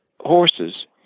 horses